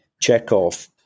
Chekhov